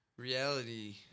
Reality